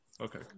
Okay